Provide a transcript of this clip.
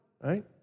Right